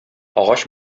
агач